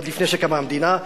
עוד לפני שקמה המדינה,